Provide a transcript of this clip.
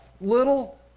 little